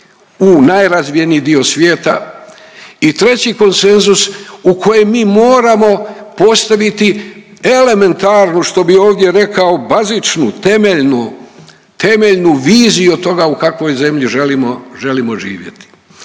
u najrazvijeniji dio svijeta i treći konsenzus u kojem mi moramo postaviti elementarnu što bi ovdje rekao bazičnu, temeljnu, temeljnu viziju toga u kakvog zemlji želimo, želimo